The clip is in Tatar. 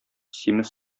симез